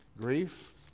grief